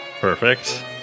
Perfect